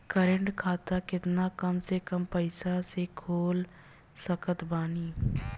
Current खाता केतना कम से कम पईसा से खोल सकत बानी?